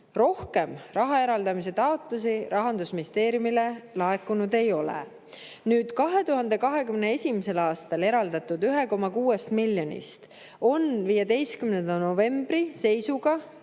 Rohkem raha eraldamise taotlusi Rahandusministeeriumile laekunud ei ole.2021. aastal eraldatud 1,6 miljonist on 15. novembri ehk